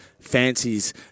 fancies